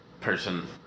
person